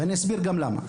ואני אסביר גם למה.